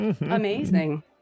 Amazing